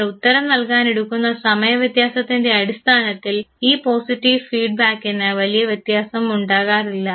നിങ്ങൾ ഉത്തരം നൽകാൻ എടുക്കുന്ന സമയ വ്യത്യാസത്തിൻറെ അടിസ്ഥാനത്തിൽ ഈ പോസിറ്റീവ് ഫീഡ്ബാക്കിന് വലിയ വ്യത്യാസം ഉണ്ടാകാറില്ല